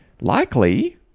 likely